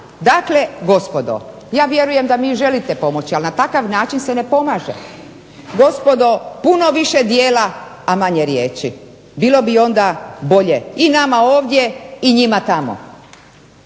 Dakle gospodo, ja vjerujem da vi želite pomoći, ali na takav način se ne pomaže. Gospodo, puno više djela a manje riječi, bilo bi onda bolje i nama ovdje i njima tamo.